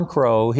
Crow